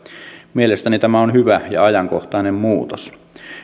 mielestäni tämä on hyvä ja ajankohtainen muutos